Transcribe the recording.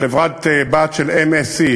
חברה-בת של MSC,